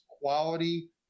quality